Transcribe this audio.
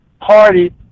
party